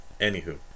Anywho